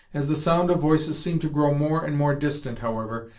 as the sound of voices seemed to grow more and more distant, however,